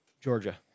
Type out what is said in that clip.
Georgia